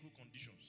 conditions